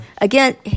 again